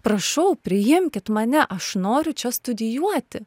prašau priimkit mane aš noriu čia studijuoti